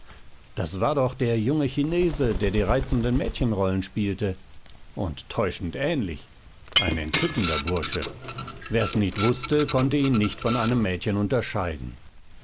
das war doch der junge chinese der die reizenden mädchenrollen spielte und täuschend ähnlich ein entzückender bursche wer's nicht wußte konnte ihn nicht von einem mädchen unterscheiden